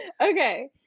okay